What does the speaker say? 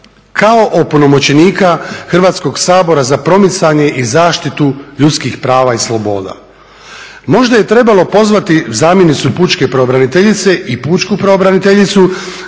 kao opunomoćenika Hrvatskog sabora za promicanje i zaštitu ljudskih prava i sloboda. Možda je trebalo pozvati zamjenicu pučke pravobraniteljice i pučku pravobraniteljicu